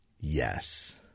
Yes